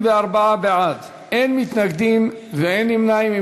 44 בעד, אין מתנגדים ואין נמנעים.